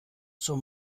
zur